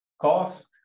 cost